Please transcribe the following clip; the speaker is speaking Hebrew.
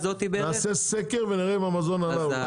נעשה סקר ונראה אם המזון עלה או לא.